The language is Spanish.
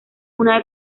una